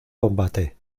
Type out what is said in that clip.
combate